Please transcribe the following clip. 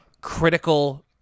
critical